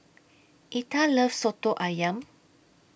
Etha loves Soto Ayam